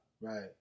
Right